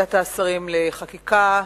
ועדת השרים לחקיקה,